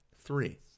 Three